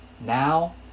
Now